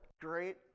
Great